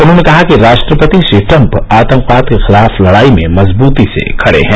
उन्होंने कहा कि राष्ट्रपति श्री ट्रम्प आतंकवाद के खिलाफ लडाई में मजबृती से खडे हैं